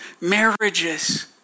marriages